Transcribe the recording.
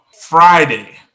Friday